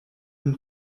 une